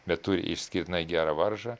bet turi išskirtinai gerą varžą